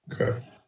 Okay